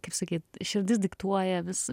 kaip sakyt širdis diktuoja vis